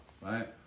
right